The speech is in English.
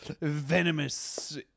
venomous